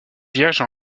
vierge